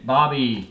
Bobby